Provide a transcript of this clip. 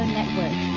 Network